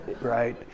right